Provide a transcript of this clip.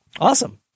Awesome